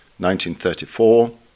1934